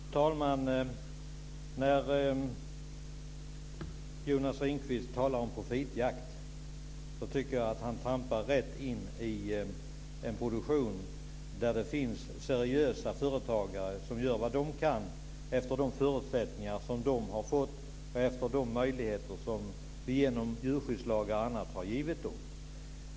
Fru talman! När Jonas Ringqvist talar om profitjakt så tycker jag att han trampar rätt in i den produktion där det finns seriösa företagare som gör vad de kan efter de förutsättningar som de har fått och efter de möjligheter som vi genom djurskyddslagar och annat har gett dem.